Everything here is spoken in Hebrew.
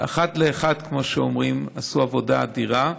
אחת לאחת, כמו שאומרים, עשו עבודה אדירה.